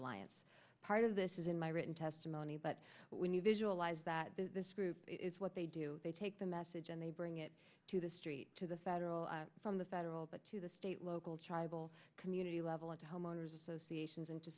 alliance part of this is in my written testimony but when you visualize that this group is what they do they take the message and they bring it to the street to the federal from the federal but to the state local tribal community level and to homeowners associations